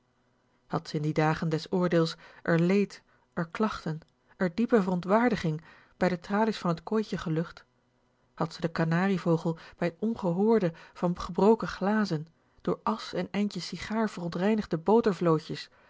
in die dagen des oordeels r leed r klachten r diepe verontwaardiging bij de tralies van t kooitje gelucht had ze den kanarievogel bij t ongehoorde van gebroken glazen door asch en eindjes sigaar verontreinigde